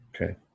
Okay